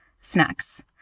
snacks